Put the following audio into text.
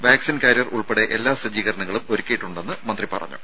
vaccine carrier ഉൾപ്പെടെ എല്ലാ സജ്ജീകരണങ്ങളും ഒരുക്കിയിട്ടുണ്ടെന്ന് മന്ത്രി പറഞ്ഞു